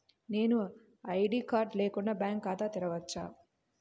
నేను ID card లేకుండా bank ఖాతా తెరవచ్చా?